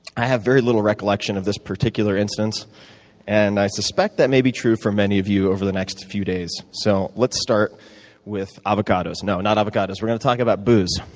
i have very little recollection of this particular instance and i suspect that may be true for many of you over the next few days. so let's start with avocados. no, not avocados. we're going to talk about booze.